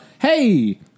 Hey